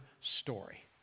story